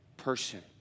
person